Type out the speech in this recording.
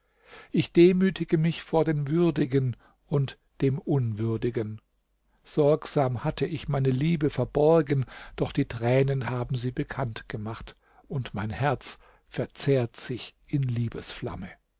ich demütige mich vor den würdigen und dem unwürdigen sorgsam hatte ich meine liebe verborgen doch die tränen haben sie bekannt gemacht und mein herz verzehrt sich in